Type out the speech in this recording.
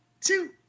two